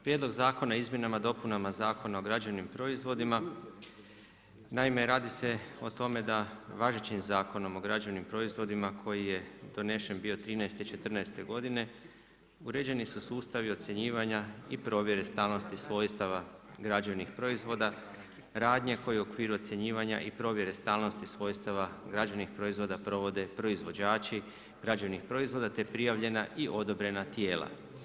Prijedlog zakona o izmjenama i dopunama Zakona o građevnim proizvodima, naime radi se o tome da važećim Zakonom o građevnim proizvodima koji je donesen bio '13.-te i '14.-te godine uređeni su sustavi ocjenjivanja i provjere stalnosti svojstava građevnih proizvoda, radnje koje u okviru ocjenjivanja i provjere stalnosti svojstava građevnih proizvoda provode proizvođači građevnih proizvoda, te prijavljena i odobrena tijela.